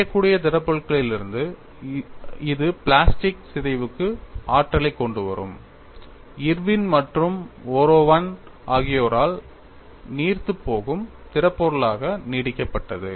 உடையக்கூடிய திடப்பொருட்களிலிருந்து இது பிளாஸ்டிக் சிதைவுக்கு ஆற்றலைக் கொண்டுவரும் இர்வின் மற்றும் ஓரோவன் ஆகியோரால் நீர்த்துப் போகும் திடப்பொருட்களாக நீட்டிக்கப்பட்டது